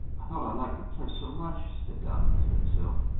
i thought i liked the place so much, said diamond to himself,